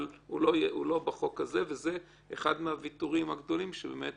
אבל זה לא בחוק הזה וזה אחד מהוויתורים הגדולים שבאמת